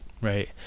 right